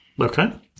Okay